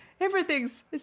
Everything's